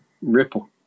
Ripple